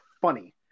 funny